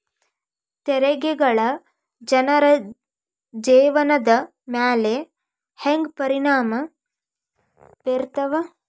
ತೆರಿಗೆಗಳ ಜನರ ಜೇವನದ ಮ್ಯಾಲೆ ಹೆಂಗ ಪರಿಣಾಮ ಬೇರ್ತವ